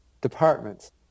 departments